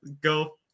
go